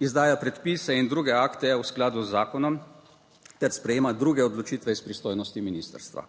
izdaja predpise in druge akte v skladu z zakonom ter sprejema druge odločitve iz pristojnosti ministrstva.